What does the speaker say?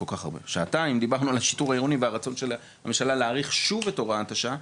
שעתיים על השיטור העירוני והרצון של הממשלה להאריך שוב את הוראת השעה,